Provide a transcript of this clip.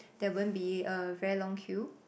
there won't be a very long queue